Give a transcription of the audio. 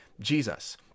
Jesus